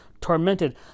tormented